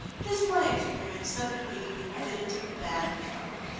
it is my experience that the greedy people get into bad trouble.